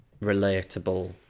relatable